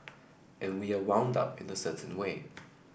and we are wound up in a certain way